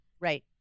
Right